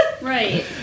Right